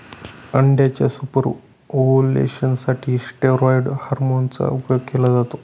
अंड्याच्या super ovulation साठी steroid hormone चा उपयोग केला जातो